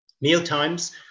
Mealtimes